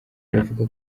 baravuga